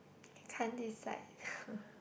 you can't decide